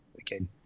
again